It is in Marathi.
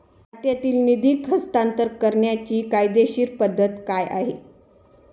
खात्यातील निधी हस्तांतर करण्याची कायदेशीर पद्धत काय आहे?